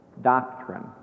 doctrine